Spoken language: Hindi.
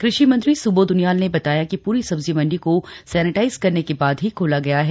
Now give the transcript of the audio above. कृषि मंत्री सुबोध उनियाल ने बताया कि पूरी सब्जी मंडी को सैनिटाइज करने के बाद ही खोला गया है